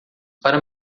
para